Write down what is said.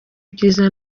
byiza